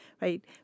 right